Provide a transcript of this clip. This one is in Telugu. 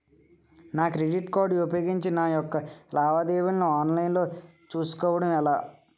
నా క్రెడిట్ కార్డ్ ఉపయోగించి నా యెక్క లావాదేవీలను ఆన్లైన్ లో చేసుకోవడం ఎలా?